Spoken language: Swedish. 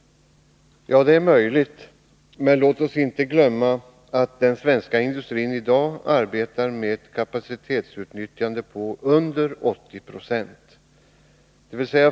Det är möjligt, men låt oss inte glömma att den svenska industrin i dag arbetar med ett kapacitetsutnyttjande på under 80 96.